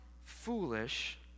foolish